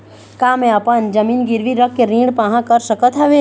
का मैं अपन जमीन गिरवी रख के ऋण पाहां कर सकत हावे?